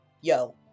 yo